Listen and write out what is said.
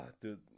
dude